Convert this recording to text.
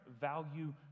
value